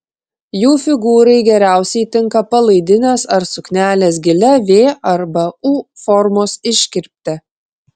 jų figūrai geriausiai tinka palaidinės ar suknelės gilia v arba u formos iškirpte